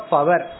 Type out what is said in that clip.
Power